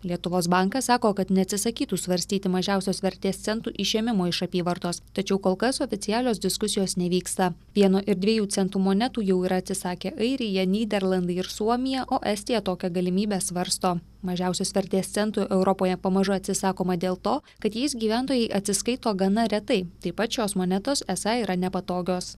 lietuvos bankas sako kad neatsisakytų svarstyti mažiausios vertės centų išėmimo iš apyvartos tačiau kol kas oficialios diskusijos nevyksta vieno ir dviejų centų monetų jau yra atsisakė airija nyderlandai ir suomija o estija tokią galimybę svarsto mažiausios vertės centų europoje pamažu atsisakoma dėl to kad jais gyventojai atsiskaito gana retai taip pat šios monetos esą yra nepatogios